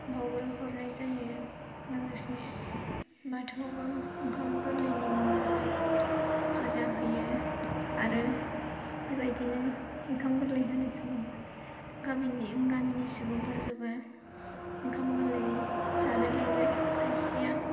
बावग्रो हरनाय जायो लोगोसे बाथौआवबो ओंखाम गोरलैनि मुङै फुजा होयो आरो बेबायदिनो ओंखाम गोरलै होनाय समाव गामिनि गामिनि सुबुंफोरखौबो ओंखाम गोरलै जानो लेङो खायसेया